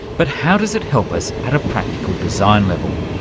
but how does it help us at a practical design level?